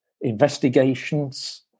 investigations